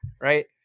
right